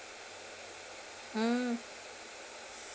mm